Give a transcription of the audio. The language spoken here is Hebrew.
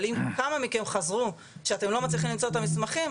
אבל אם כמה מכם חזרו שאתם לא מצליחים למצוא את המסמכים,